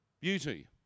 beauty